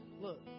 look